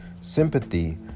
Sympathy